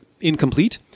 incomplete